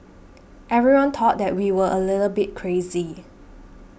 everyone thought that we were a little bit crazy